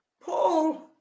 Paul